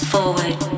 Forward